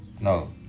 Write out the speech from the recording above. no